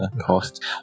cost